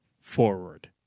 forward